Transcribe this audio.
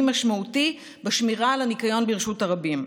משמעותי בשמירה על הניקיון ברשות הרבים.